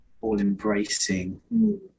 all-embracing